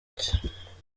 cye